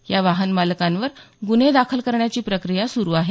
या वाहन मालकांवर गुन्हे दाखल करण्याची प्रक्रिया सुरु आहे